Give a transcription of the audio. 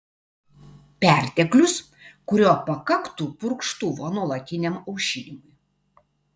perteklius kurio pakaktų purkštuvo nuolatiniam aušinimui